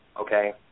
okay